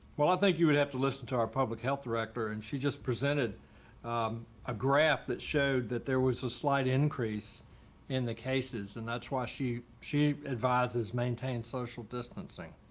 well, i think you would have to listen to our public health director and she just presented a graph that showed that there was a slight increase in the cases. and that's why she she advises, maintain social distancing.